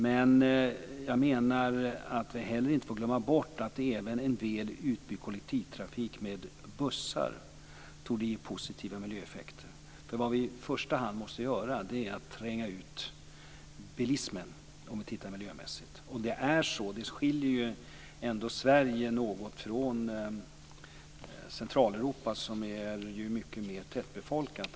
Men jag menar att vi inte heller får glömma bort att även en del utbyggd kollektivtrafik med bussar torde ge positiva miljöeffekter. Vad vi i första hand måste göra är nämligen att tränga ut bilismen, om vi ser på detta miljömässigt. Sverige skiljer sig ju ändå något från Centraleuropa som är mycket mer tätbefolkat.